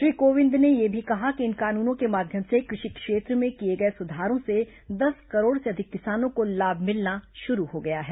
श्री कोविंद ने यह भी कहा कि इन कानूनों के माध्यम से कृषि क्षेत्र में किए गए सुधारों से दस करोड़ से अधिक किसानों को लाभ मिलना शुरू हो गया है